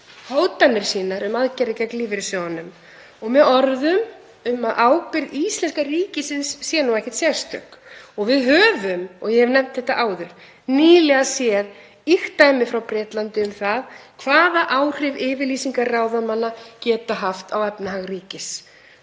hótanir sínar um aðgerðir gegn lífeyrissjóðunum með orðum um að ábyrgð íslenska ríkisins sé nú ekkert sérstök. Við höfum, og ég hef nefnt þetta áður, nýlega séð ýkt dæmi frá Bretlandi um það hvaða áhrif yfirlýsingar ráðamanna geta haft á efnahag ríkis,